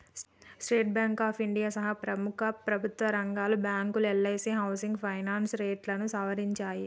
state Bank of India సహా ప్రముఖ ప్రభుత్వరంగ బ్యాంకులు, ఎల్ఐసీ హౌసింగ్ ఫైనాన్స్ కూడా రేట్లను సవరించాయి